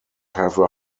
have